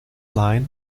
line